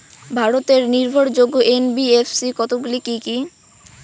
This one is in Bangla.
ভারতের নির্ভরযোগ্য এন.বি.এফ.সি কতগুলি কি কি?